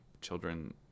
children